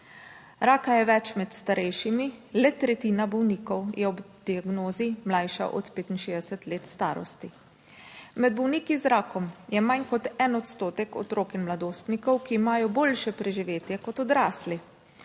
Raka je več med starejšimi, le tretjina bolnikov je ob diagnozi mlajša od 65 let starosti. Med bolniki z rakom je manj kot 1 odstotek otrok in mladostnikov, ki imajo boljše preživetje kot odrasli.